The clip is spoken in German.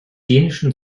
dänischen